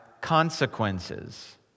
consequences